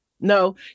no